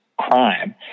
crime